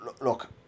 Look